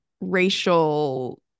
racial